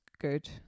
good